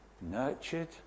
nurtured